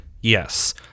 Yes